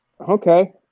Okay